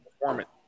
performance